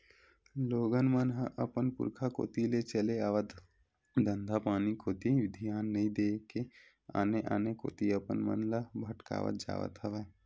लोगन मन ह अपन पुरुखा कोती ले चले आवत धंधापानी कोती धियान नइ देय के आने आने कोती अपन मन ल भटकावत जावत हवय